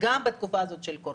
גם בתקופה הזאת של קורונה.